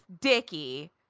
dicky